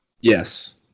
Yes